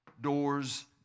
doors